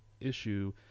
issue